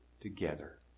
together